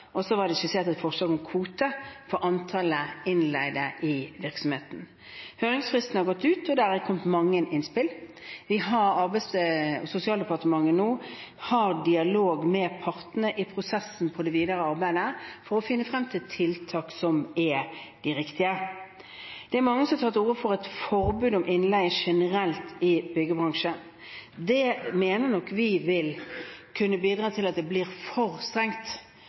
og så var det skissert et forslag om kvote for antallet innleide i virksomheten. Høringsfristen har gått ut, og det har kommet mange innspill. Arbeids- og sosialdepartementet har nå dialog med partene i prosessen for det videre arbeidet for å finne frem til de riktige tiltakene. Mange tar til orde for et forbud mot innleie generelt i byggebransjen. Det mener nok vi vil kunne bidra til at det blir for strengt